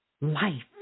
life